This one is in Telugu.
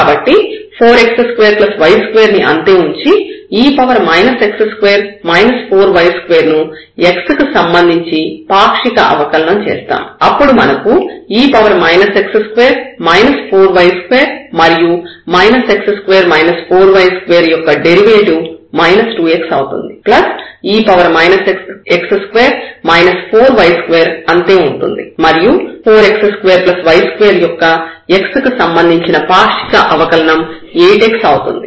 కాబట్టి 4x2y2ని అంతే ఉంచి e x2 4y2 ను x కి సంబంధించి పాక్షిక అవకలనం చేస్తాము అప్పుడు మనకు e x2 4y2 మరియు x2 4y2 యొక్క డెరివేటివ్ 2x అవుతుంది ప్లస్ e x2 4y2 అంతే ఉంటుంది మరియు 4x2y2 యొక్క x కి సంబంధించిన పాక్షిక అవకలనం 8x అవుతుంది